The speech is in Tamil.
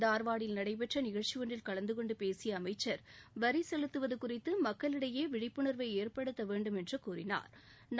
தா்வாடில் நடைபெற்ற நிகழ்ச்சி ஒன்றில் கலந்து கொண்டு பேசிய அமைச்சா் வரி செலுத்துவது குறித்து மக்களிடையே விழிப்புணா்வை ஏற்படுத்த வேண்டும் என்று கூறினாா்